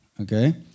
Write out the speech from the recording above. Okay